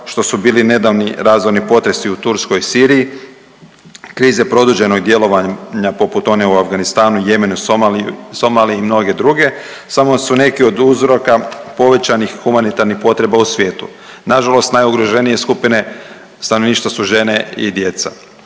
što su bili nedavni razorni potresi u Turskoj, Siriji, krize produženog djelovanja poput one u Afganistanu, Jemenu, Somaliji i mnoge druge samo su neki od uzroka povećanih humanitarnih potreba u svijetu. Na žalost najugroženije skupine stanovništva su žene i djeca.